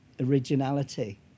originality